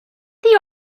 they